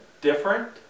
different